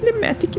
matt